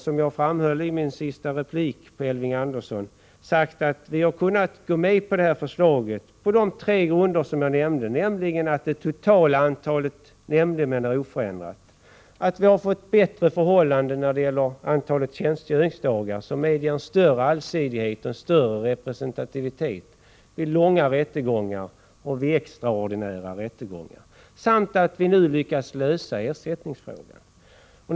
Som jag framhöll i min sista replik till Elving Andersson har vi sagt att vi skulle kunna gå med på det här förslaget på de tre villkor som jag nämnde, nämligen att det totala antalet nämndemän är oförändrat, att vi när det gäller antalet tjänstgöringsdagar får bättre förhållanden som medger en större allsidighet och en stor representativitet vid långa rättegångar och vid extraordinära rättegångar samt att vi nu lyckas lösa problemet med ersättningen.